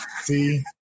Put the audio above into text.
see